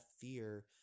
fear